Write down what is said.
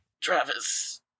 Travis